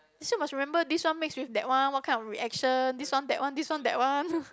still must remember this one mix with that one what kind of reaction this one that one this one that one